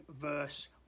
verse